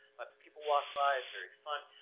lots of people walk by, it's very fun.